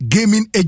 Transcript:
Gaming